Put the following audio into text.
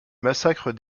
massacre